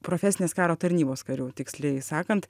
profesinės karo tarnybos karių tiksliai sakant